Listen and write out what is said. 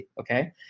okay